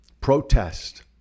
Protest